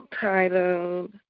titled